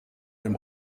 dem